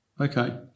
Okay